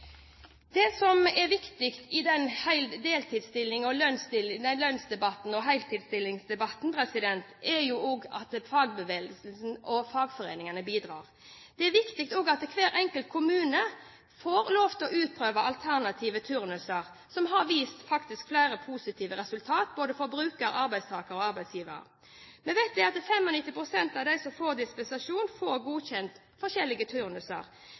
Det som er viktig i lønnsdebatten og heltidsstillingsdebatten, er at også fagbevegelsen og fagforeningene bidrar. Det er også viktig at hver enkelt kommune får lov til å prøve ut alternative turnuser, som har vist flere positive resultat både for bruker, arbeidstaker og arbeidsgiver. Vi vet at 95 pst. av dem får dispensasjon, får godkjent forskjellige turnuser,